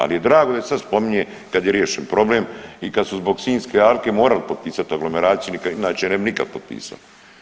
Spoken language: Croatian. Ali mi je drago da sad spominje kad je riješen problem i kad su z bog Sinjske alke morali potpisati aglomeraciju, inače ne bi nikad potpisao.